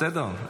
בסדר?